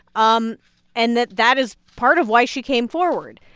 um and that that is part of why she came forward.